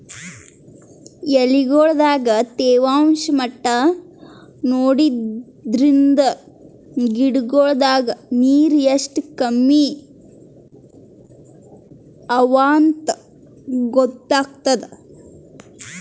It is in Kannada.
ಎಲಿಗೊಳ್ ದಾಗ ತೇವಾಂಷ್ ಮಟ್ಟಾ ನೋಡದ್ರಿನ್ದ ಗಿಡಗೋಳ್ ದಾಗ ನೀರ್ ಎಷ್ಟ್ ಕಮ್ಮಿ ಅವಾಂತ್ ಗೊತ್ತಾಗ್ತದ